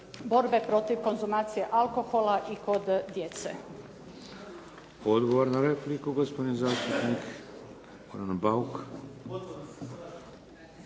borbe protiv konzumacije alkohola i kod djece.